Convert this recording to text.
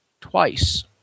twice